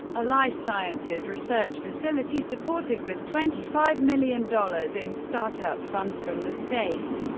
a life sciences research facility supported with twenty five million dollars in startup funds from the state.